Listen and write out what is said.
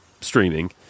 streaming